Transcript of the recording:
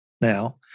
now